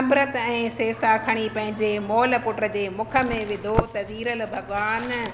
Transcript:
अंबृत ऐं सेसा खणी पंहिंजे मोल पुट जे मुख में विधो त वीरल भॻवानु